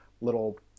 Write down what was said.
little